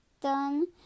done